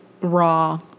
raw